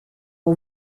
aux